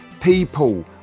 People